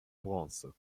bronze